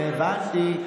הבנתי.